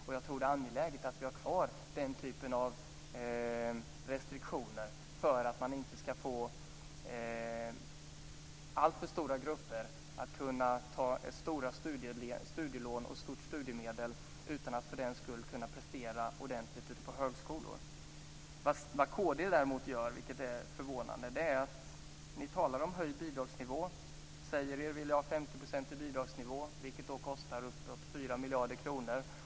Jag tror att det är angeläget att vi har kvar den här typen av restriktioner för att man inte ska få alltför stora grupper som tar för stora lån och för stort studiemedel utan att för den skull kunna prestera ordentligt ute på högskolorna. Inom kd talar ni däremot om höjd bidragsnivå - vilket är förvånande - och säger er vilja ha en 50 procentig bidragsnivå, vilket kostar uppåt 4 miljarder kronor.